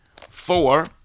four